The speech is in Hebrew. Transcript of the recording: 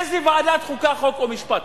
איזה ועדת חוקה, חוק ומשפט?